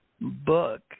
book